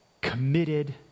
committed